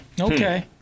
okay